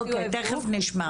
אוקי, תיכף נשמע.